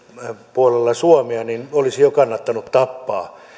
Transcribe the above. puolella suomea olisi jo kannattanut tappaa